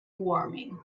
warming